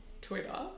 Twitter